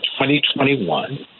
2021